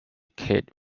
kate